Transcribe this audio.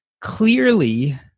Clearly